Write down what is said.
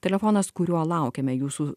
telefonas kuriuo laukiame jūsų